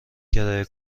کرایه